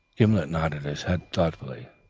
gimblet nodded his head thoughtfully.